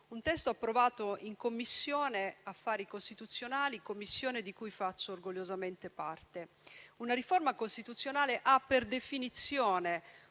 approvato nella Commissione affari costituzionali di cui faccio orgogliosamente parte. Una riforma costituzionale ha per definizione